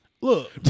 Look